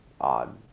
odd